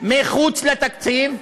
מחוץ לתקציב.